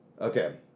Okay